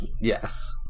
Yes